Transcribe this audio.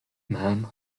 man